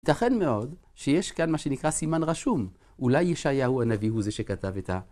ייתכן מאוד שיש כאן מה שנקרא סימן רשום. אולי ישעיהו הנביא הוא זה שכתב את ה...